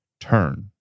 turn